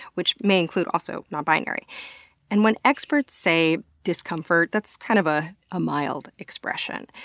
which may include also non-binary. and when experts say discomfort, that's kind of a ah mild expression.